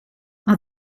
are